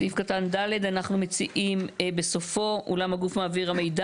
סעיף קטן (ד) אנחנו מציעים בסופו "אולם הגוף מעביר המידע